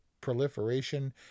proliferation